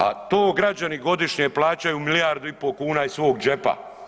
A to građani godišnje plaćaju milijardu i pol kuna iz svog džepa.